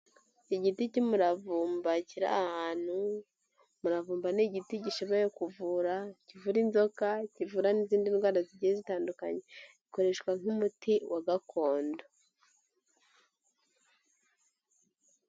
Igiti cy'umuravumba kiri ahantu, umuravumba ni igiti gishoboye kuvura, kivura inzoka, kivura n'izindi ndwara zigiye zitandukanye. Ikoreshwa nk'umuti wa gakondo.